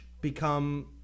become